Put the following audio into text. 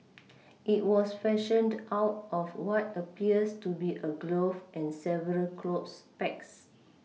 it was fashioned out of what appears to be a glove and several clothes pegs